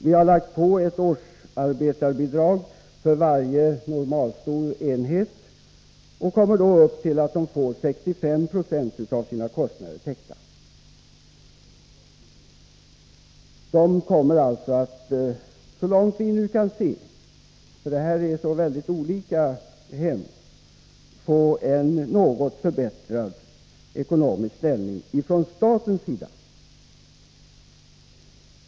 Vi har lagt på ett årsarbetarbidrag för varje normalstor enhet och kommer då upp till att det får 65 96 av sina kostnader täckta. Det kooperativet kommer alltså — så långt vi nu kan se, för hemmen är väldigt olika — att få en något förbättrad ställning i vad gäller det ekonomiska stödet från staten.